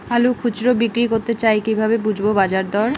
আলু খুচরো বিক্রি করতে চাই কিভাবে বুঝবো বাজার দর?